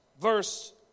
verse